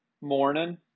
morning